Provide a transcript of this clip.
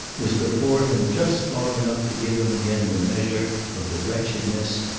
was before him just long enough to give him again the measure of the wretchedness,